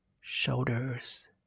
shoulders